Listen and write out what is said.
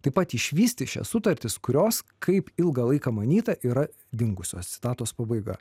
taip pat išvysti šias sutartis kurios kaip ilgą laiką manyta yra dingusios citatos pabaiga